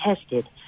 tested